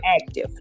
active